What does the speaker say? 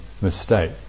mistake